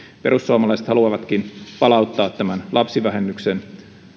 perussuomalaiset haluavatkin palauttaa tämän lapsivähennyksen